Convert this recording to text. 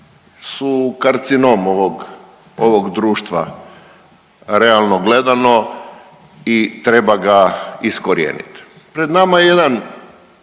su karcinom ovog, ovog društva realno gledano i treba ga iskorijeniti. Pred nama je jedan,